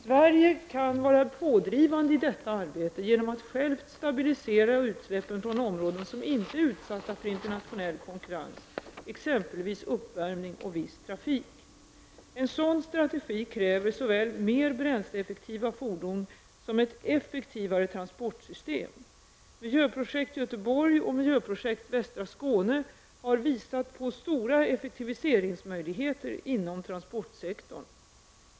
Sverige kan vara pådrivande i detta arbete genom att självt stabilisera utsläppen från områden som inte är utsatta för internationell konkurrens, exempelvis uppvärmning och viss trafik. En sådan strategi kräver såväl mer bränsleeffektiva fordon som ett effektivare transportsystem. Miljöprojekt Göteborg och miljöprojekt Västra Skåne har visat på stora effektiviseringsmöjligheter inom transportsektorn.